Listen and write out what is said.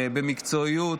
במקצועיות,